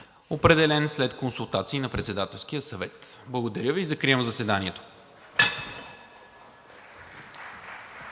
определен след консултации на Председателския съвет. Благодаря Ви. Закривам заседанието.